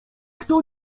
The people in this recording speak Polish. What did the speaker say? kto